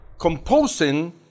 composing